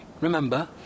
Remember